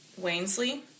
wainsley